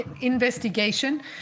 investigation